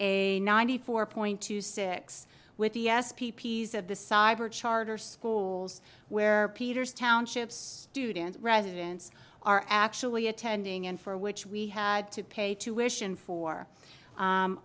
a ninety four point two six with the s p p s of the cyber charter schools where peter's township students residents are actually attending and for which we had to pay tuition for